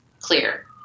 clear